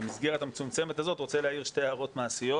במסגרת המצומצמת הזאת רוצה להעיר שתי הערות מעשיות